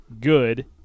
good